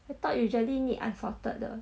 I thought you usually need unsalted 的